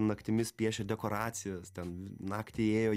naktimis piešė dekoracijas ten naktį ėjo